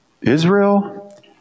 Israel